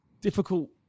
difficult